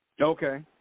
okay